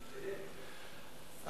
ופוגעים פה בזכויות מרחיקות לכת.